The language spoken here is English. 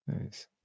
Nice